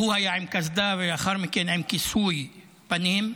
היה עם קסדה ולאחר מכן עם כיסוי פנים,